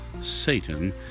Satan